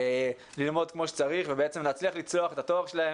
ללמוד כמו שצריך ובעצם להצליח לצלוח את התואר שלהם.